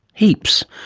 heaps.